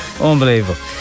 unbelievable